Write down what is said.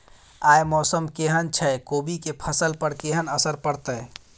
आय मौसम केहन छै कोबी के फसल पर केहन असर परतै?